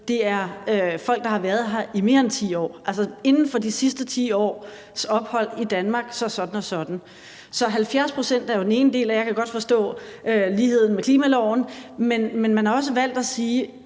det er folk, der har været her i mere end 10 år. Altså, inden for de sidste 10 års ophold i Danmark, skal det være sådan og sådan. Så det med de 70 pct. er den ene del af det, og jeg kan godt forstå sammenligningen med klimaloven, men forslagsstillerne har også valgt at sige,